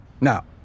Now